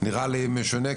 נראה לי משונה,